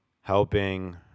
helping